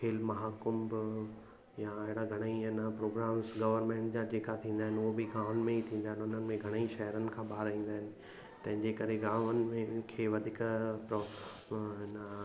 खेल महाकुंभ या अहिड़ा घणा ई आहिनि ऐं प्रोग्राम्स गवर्नमेंट जा जेका थींदा आहिनि उहो बि गांवनि में ई थींदा आहिनि उन्हनि में घणा ई शहरनि खां ॿार ईंदा आहिनि तंहिंजे करे गांवनि में खे वधीक हिन